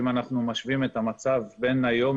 אם אנחנו משווים את המצב בין היום